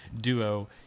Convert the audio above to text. duo